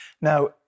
Now